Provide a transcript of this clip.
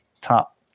top